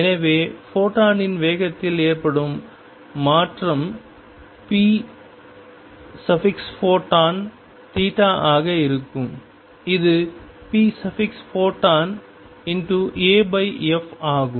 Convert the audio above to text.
எனவே ஃபோட்டானின் வேகத்தில் ஏற்படும் மாற்றம் pphoton ஆக இருக்கும் இது pphotonaf ஆகும்